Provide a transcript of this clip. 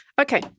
Okay